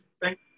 Thank